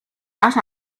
that